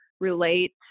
relate